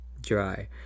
dry